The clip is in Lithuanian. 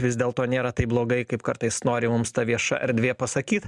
vis dėlto nėra taip blogai kaip kartais nori mums ta vieša erdvė pasakyt